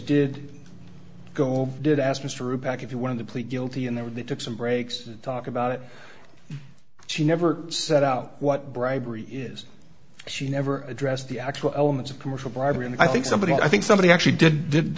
did go or did ask mr reback if you wanted to plead guilty and they were they took some breaks to talk about it she never set out what bribery is she never addressed the actual elements of commercial bribery and i think somebody i think somebody actually did did